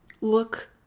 look